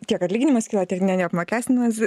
tiek atlyginimas kyla tiek ne neapmokestinamas